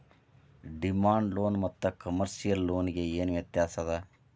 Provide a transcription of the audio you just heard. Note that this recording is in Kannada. ಡಿಮಾಂಡ್ ಲೋನ ಮತ್ತ ಕಮರ್ಶಿಯಲ್ ಲೊನ್ ಗೆ ಏನ್ ವ್ಯತ್ಯಾಸದ?